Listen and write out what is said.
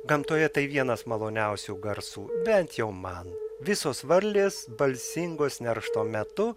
gamtoje tai vienas maloniausių garsų bent jau man visos varlės balsingos neršto metu